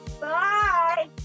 Bye